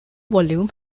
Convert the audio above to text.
volume